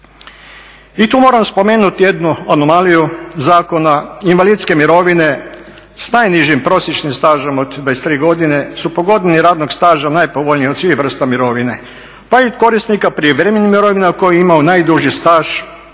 I tu moram spomenuti jednu anomaliju zakona invalidske mirovine sa najnižim prosječnim stažem od 23 godine su po godini radnog staža najpovoljnije od svih vrsta mirovine pa i od korisnika privremenih mirovina koji je imao najduži staž od